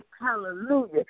Hallelujah